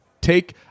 take